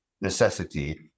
necessity